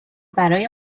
برای